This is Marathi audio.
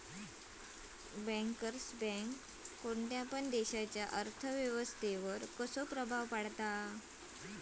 बँकर्स बँक कोणत्या पण देशाच्या अर्थ व्यवस्थेवर कसो प्रभाव पाडता?